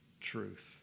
truth